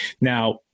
Now